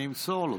אני אמסור לו.